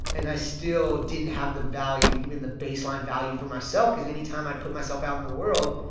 and i still didn't have the value even the baseline value for myself because any time i'd put myself out in the world,